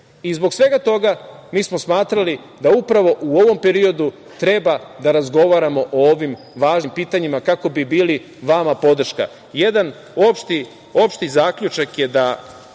Zbog svega toga, mi smo smatrali da upravo u ovom periodu treba da razgovaramo o ovim važnim pitanjima, kako bi bili vama podrška. Jedan opšti zaključak je da